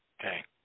okay